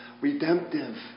redemptive